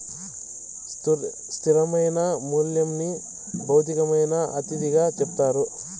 స్థిరమైన మూల్యంని భౌతికమైన అతిథిగా చెప్తారు